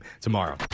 tomorrow